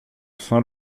saint